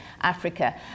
Africa